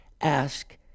Ask